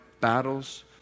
battles